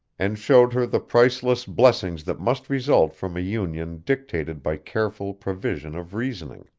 and showed her the priceless blessings that must result from a union dictated by careful provision of reasoning